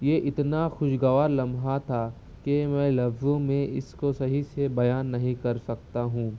یہ اتنا خوش گوار لمحہ تھا کہ میں لفظوں میں اس کو صحیح سے بیان نہیں کر سکتا ہوں